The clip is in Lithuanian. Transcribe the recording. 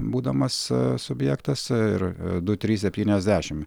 būdamas subjektas ir du trys septyniasdešimt